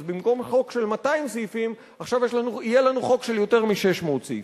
אז במקום חוק של 200 סעיפים יהיה לנו חוק של יותר מ-600 סעיפים.